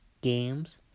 games